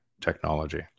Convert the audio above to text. technology